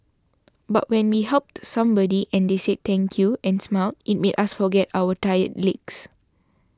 but when we helped somebody and they said thank you and smiled it made us forget our tired legs